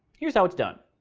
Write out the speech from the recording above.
here's how it's done.